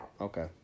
Okay